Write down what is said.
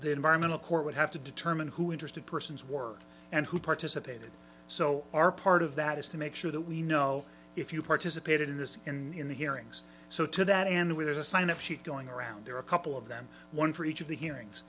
the environmental court would have to determine who interested persons work and who participated so our part of that is to make sure that we know if you participated in this in the hearings so to that and where there's a sign up sheet going around there are a couple of them one for each of the hearings